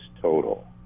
total